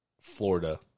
Florida